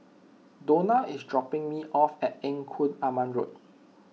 Dona is dropping me off at Engku Aman Road